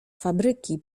fabryki